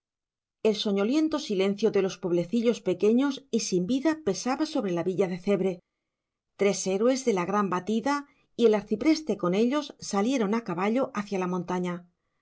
el soñoliento silencio de los pueblecillos pequeños y sin vida pesaba sobre la villa de cebre tres héroes de la gran batida y el arcipreste con ellos salieron a caballo hacia la montaña